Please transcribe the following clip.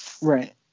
Right